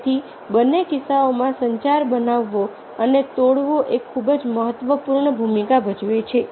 તેથી બંને કિસ્સાઓમાં સંચાર બનાવવો અને તોડવો એ ખૂબ જ મહત્વપૂર્ણ ભૂમિકા ભજવે છે